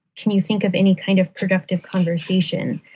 can you think of any kind of productive conversation?